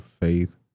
faith